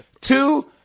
Two